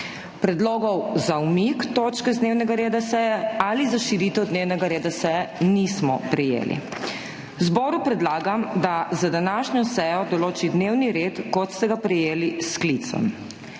Predlogov za umik točke z dnevnega reda seje ali za širitev dnevnega reda seje nismo prejeli, zboru predlagam, da za današnjo sejo določi dnevni red, kot ste ga prejeli s sklicem.